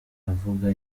avuga